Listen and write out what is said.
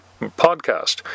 podcast